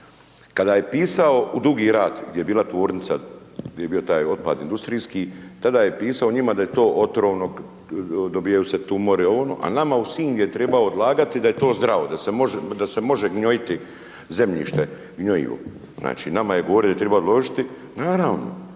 kada je pisao u Dugi rat gdje bila tvornica, gdje je bio taj otpad industrijski, tada je pisao o njima da je to otrovno, dobivaju se tumori, ovo, ono a nama u Sinj je trebao odlagati da je to zdravo, da se može gnojiti zemljište, gnojivo. Znači nama je govorio da treba odložiti. Naravno